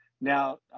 Now